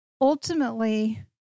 Ultimately